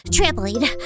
Trampoline